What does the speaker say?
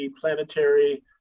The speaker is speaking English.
planetary